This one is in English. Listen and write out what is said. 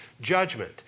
judgment